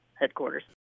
headquarters